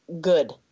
good